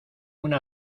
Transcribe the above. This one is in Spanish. una